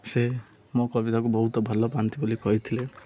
ସେ ମୋ କବିତାକୁ ବହୁତ ଭଲ ପାଆନ୍ତି ବୋଲି କହିଥିଲେ